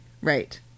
Right